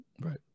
Right